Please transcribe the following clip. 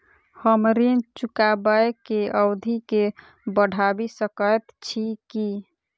हम ऋण चुकाबै केँ अवधि केँ बढ़ाबी सकैत छी की?